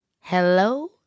Hello